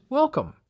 welcome